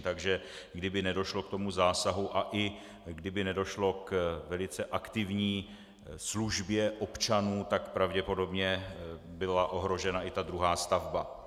Takže kdyby nedošlo k tomu zásahu a i kdyby nedošlo k velice aktivní službě občanů, tak pravděpodobně byla ohrožena i druhá stavba.